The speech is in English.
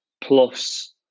plus